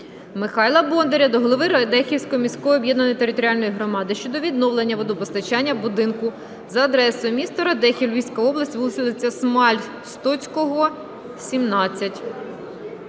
Михайла Бондаря до голови Радехівської міської об’єднаної територіальної громади щодо відновлення водопостачання будинку за адресою: місто Радехів, Львівська область, вулиця Смаль – Стоцького, 17.